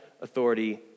authority